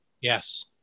Yes